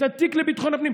את התיק לביטחון הפנים,